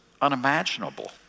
unimaginable